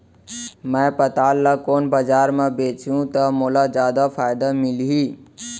मैं पताल ल कोन बजार म बेचहुँ त मोला जादा फायदा मिलही?